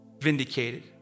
vindicated